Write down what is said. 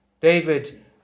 David